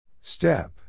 Step